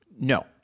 No